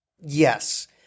yes